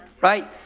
Right